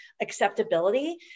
acceptability